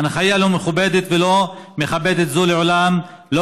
הנחיה לא מכובדת ולא מכבדת זו לעולם לא